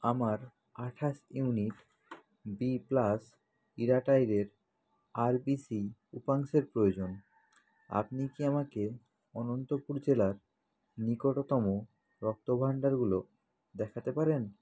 আমার আটাশ unit B plus ইরাটাইরের আরবিসি উপাংশের প্রয়োজন আপনি কি আমাকে অনন্তপুর জেলার নিকটতম রক্তভাণ্ডারগুলো দেখাতে পারেন